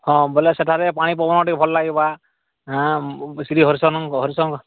ହଁ ବୋଲେ ସେଠାରେ ପାଣି ପବନ ଟିକେ ଭଲ ଲାଗିବା ଶ୍ରୀ ହରିଶନ ହରିଶଙ୍କ